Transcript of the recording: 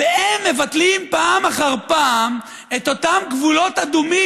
והם מבטלים פעם אחר פעם את אותם גבולות אדומים,